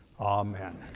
Amen